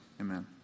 amen